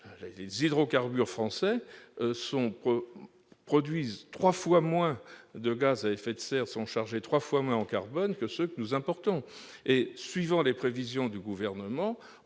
les hydrocarbures français produisent trois fois moins de gaz à effet de serre, sont trois fois moins chargés en carbone que ceux que nous importons. Si l'on suit les prévisions du Gouvernement,